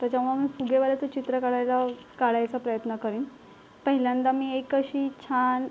त्याच्यामुळं मी फुगेवाल्याचं चित्र काढायला काढायचा प्रयत्न करीन पहिल्यांदा मी एक अशी छान